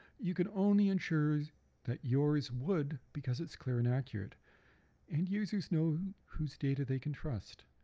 you can only ensure that yours would because it's clear and accurate and users know whose data they can trust,